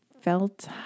felt